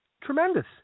tremendous